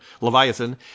Leviathan